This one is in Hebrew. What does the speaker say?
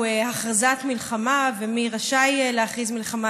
הכרזת מלחמה ומי רשאי להכריז מלחמה.